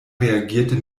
reagierte